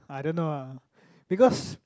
I don't know ah because